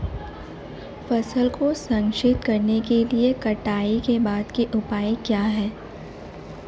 फसल को संरक्षित करने के लिए कटाई के बाद के उपाय क्या हैं?